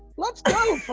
let's go,